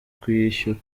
kuyishyura